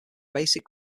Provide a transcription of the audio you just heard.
basic